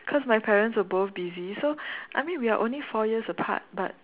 cause my parents were both busy so I mean we are only four years apart but